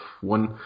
one